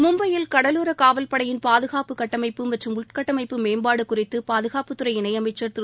மும்பையில் கடலோர காவல்படையின் பாதுகாப்பு கட்டமைப்பு மற்றும் உள்கட்டமைப்பு மேம்பாடு குறித்து பாதுகாப்புத்துறை இணையமைச்சர் திரு